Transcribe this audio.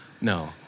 No